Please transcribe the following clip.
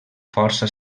força